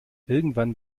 irgendwann